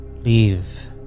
leave